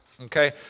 Okay